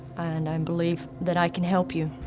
and i believe that i can help you.